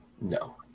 No